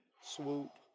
Swoop